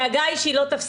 הדאגה היא שהיא לא תספיק,